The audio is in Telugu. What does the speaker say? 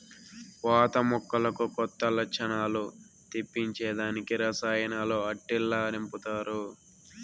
పాత మొక్కలకు కొత్త లచ్చణాలు తెప్పించే దానికి రసాయనాలు ఆట్టిల్ల నింపతారు